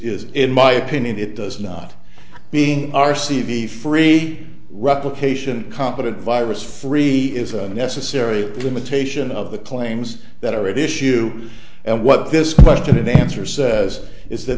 is in my opinion it does not being r c the free replication competent virus free is a necessary limitation of the claims that are at issue and what this question in answer says is that